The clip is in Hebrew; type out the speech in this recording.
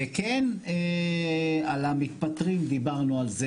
וכן, על המתפטרים דיברנו על זה.